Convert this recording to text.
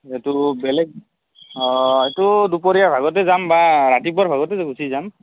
এইটো বেলেগ অ' এইটো দুপৰীয়া ভাগতে যাম বা ৰাতিপুৱাৰ ভাগতে গুচি যাম